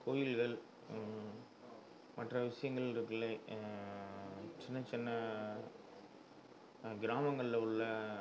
கோயில்கள் மற்ற விஷயங்கள் இருக்குல்லை சின்ன சின்ன கிராமங்களில் உள்ள